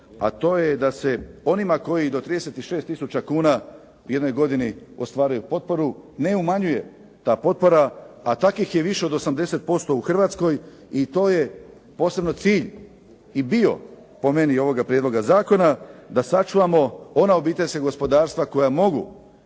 a to je da se onima koji do 36000 kuna u jednoj godini ostvaruju potporu ne umanjuje ta potpora, a takvih je više od 80% u Hrvatskoj i to je posebno cilj i bio po meni ovoga prijedloga zakona, da sačuvamo ona obiteljska gospodarstva koja mogu